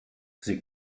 sie